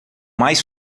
mais